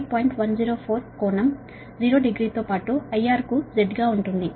104 కోణం 0 డిగ్రీ తో పాటు IR కు Z గా ఉంటుంది